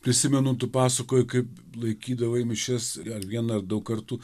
prisimenu tu pasakojai kaip laikydavo mišias vieną ar daug kartų